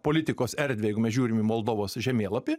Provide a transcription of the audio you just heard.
politikos erdvę jeigu mes žiūrim į moldovos žemėlapį